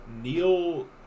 Neil